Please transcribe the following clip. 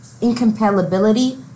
incompatibility